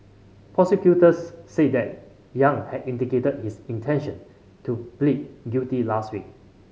prosecutors said that Yang had indicated his intention to plead guilty last week